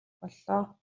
боллоо